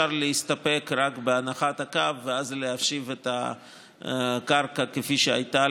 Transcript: אי-אפשר להסתפק רק בהנחת הקו ואז להשיב את הקרקע לבעלים כפי שהייתה,